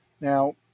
Now